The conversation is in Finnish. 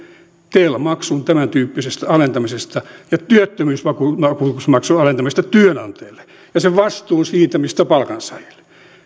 tel maksun tämäntyyppisestä alentamisesta ja työttömyysvakuutusmaksun alentamisesta työnantajille ja sen vastuun siirtämistä palkansaajille